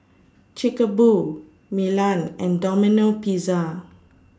Chic A Boo Milan and Domino Pizza